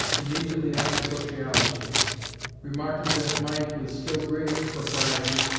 immediately after sociology remarking that it might, with still greater propriety,